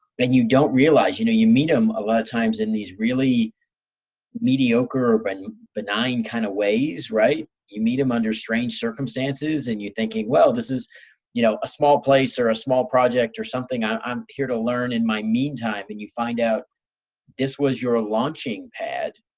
and you don't realize, you know you meet them a lot of times in these really mediocre or but and benign kind of ways. you meet them under strange circumstances, and you're thinking, well, this is you know a small place or a small project or something. i'm i'm here to learn in my meantime. and you find out this was your launching pad.